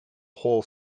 whole